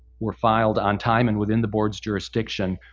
were filed on time and within the board's jurisdiction,